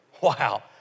Wow